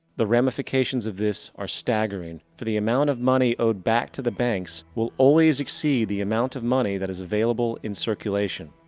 the ramifications of this are staggering, for the amount of money owed back to the banks will always exceed the amount of money that is available in circulation.